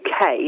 UK